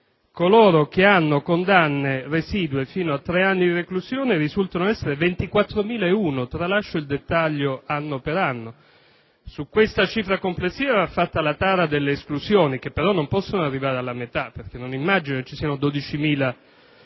coloro che hanno condanne residue fino a tre anni di reclusione risultano 24.001, e tralascio il dettaglio anno per anno. Su questa cifra complessiva va fatta la tara delle esclusioni che però non possono arrivare alla metà perché non riesco ad immaginare che ci siano 12.000